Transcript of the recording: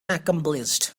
accomplished